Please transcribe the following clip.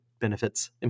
Benefits